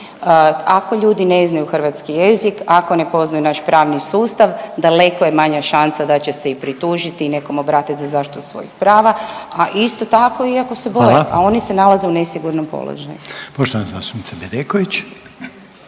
Ako ljudi ne znaju hrvatski jezik, ako ne poznaju naš pravni sustav daleko je manja šansa da će se i pritužiti i nekom obratit za zaštitu svojih prava, a isto tako i ako se boje…/Upadica Reiner: Hvala/…a oni se nalaze u nesigurnom položaju. **Reiner, Željko